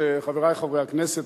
חברי חברי הכנסת,